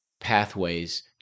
pathways